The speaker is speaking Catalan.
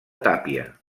tàpia